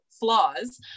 flaws